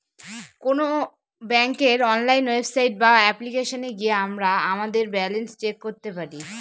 কোন ব্যাঙ্কের online website বা অ্যাপ্লিকেশনে গিয়ে আমরা আমাদের ব্যালান্স চেক করতে পারি